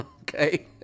Okay